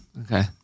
Okay